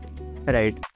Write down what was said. Right